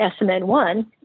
SMN1